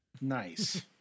nice